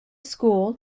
school